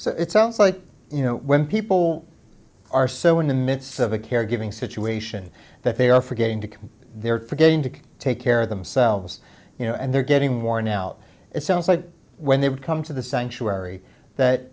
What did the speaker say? so it sounds like you know when people are so in the midst of a caregiving situation that they are forgetting to they're going to take care of themselves you know and they're getting worn out it sounds like when they come to the sanctuary that